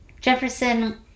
jefferson